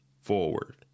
forward